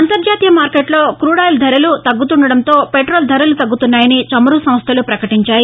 అంతర్జాతీయ మార్కెట్లో క్రూడాయిల్ ధరలు తగ్గుతుండటంతో పెట్రోల్ ధరలు తగ్గుతున్నాయని చమురు సంస్లలు పకటించాయి